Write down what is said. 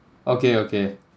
okay okay